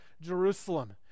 Jerusalem